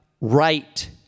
right